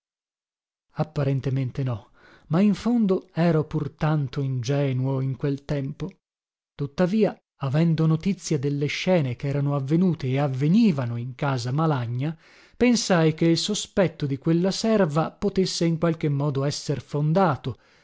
apparentemente no ma in fondo ero pur tanto ingenuo in quel tempo tuttavia avendo notizia delle scene cherano avvenute e avvenivano in casa malagna pensai che il sospetto di quella serva potesse in qualche modo esser fondato